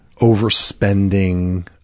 overspending